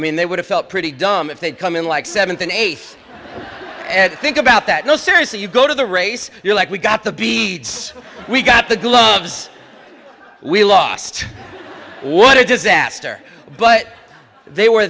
mean they would have felt pretty dumb if they'd come in like seventh and eighth and think about that no seriously you go to the race you're like we got the beads we got the gloves we lost what a disaster but they were